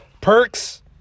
perks